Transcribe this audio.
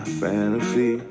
fantasy